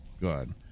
good